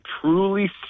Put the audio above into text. truly